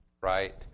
right